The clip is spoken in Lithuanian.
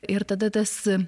ir tada tas